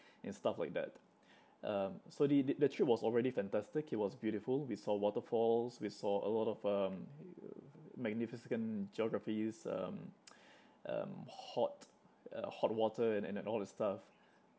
and stuff like that um so the the the trip was already fantastic it was beautiful we saw waterfalls we saw a lot of um magnificent geographies um um hot uh hot water and and and all that stuff